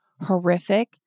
horrific